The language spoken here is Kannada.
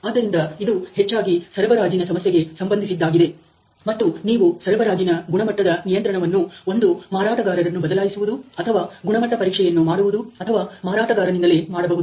ಆದ್ದರಿಂದ ಇದು ಹೆಚ್ಚಾಗಿ ಸರಬರಾಜಿನ ಸಮಸ್ಯೆಗೆ ಸಂಬಂಧಿಸಿದ್ದಾಗಿದೆ ಮತ್ತು ನೀವು ಸರಬರಾಜಿನ ಗುಣಮಟ್ಟದ ನಿಯಂತ್ರಣವನ್ನು ಒಂದು ಮಾರಾಟಗಾರರನ್ನು ಬದಲಾಯಿಸುವುದು ಅಥವಾ ಗುಣಮಟ್ಟ ಪರೀಕ್ಷೆಯನ್ನು ಮಾಡುವುದು ಅಥವಾ ಮಾರಾಟಗಾರನಿಂದಲೇ ಮಾಡಬಹುದು